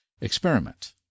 Experiment